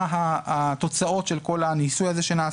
מה התוצאות של כל הניסוי הזה שנעשה.